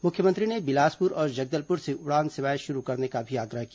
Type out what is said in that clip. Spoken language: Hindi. मुख्यमंत्री ने बिलासपुर और जगदलपुर से उड़ान सेवाएं शुरू करने का भी आग्रह किया